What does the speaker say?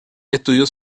estudió